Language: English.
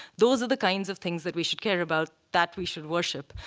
those are the kinds of things that we should care about, that we should worship.